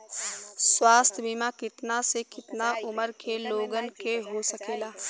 स्वास्थ्य बीमा कितना से कितना उमर के लोगन के हो सकेला?